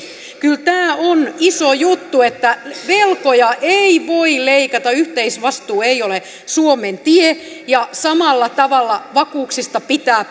kyllä tämä on iso juttu että velkoja ei voi leikata yhteisvastuu ei ole suomen tie samalla tavalla vakuuksista pitää